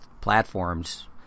platforms